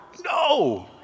No